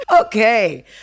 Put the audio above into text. Okay